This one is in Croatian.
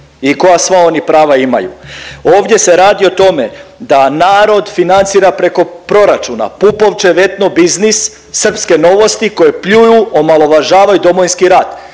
i koja sva oni prava imaju. Ovdje se radi o tome da narod financira preko proračuna Pupovčev etno biznis, srpske Novosti koje pljuju i omalovažavaju Domovinski rat